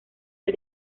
del